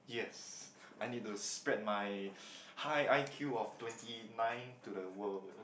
yes I need to spread my high I_Q of twenty nine to the world